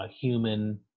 human